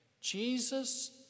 Jesus